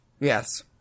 Yes